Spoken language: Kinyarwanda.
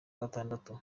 gatandatu